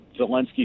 Zelensky